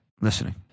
Listening